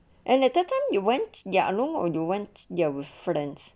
and at that time you went there alone or you went there with friends